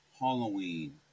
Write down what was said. Halloween